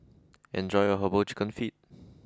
enjoy your Herbal Chicken Feet